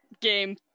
game